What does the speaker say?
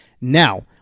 Now